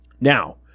Now